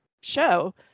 show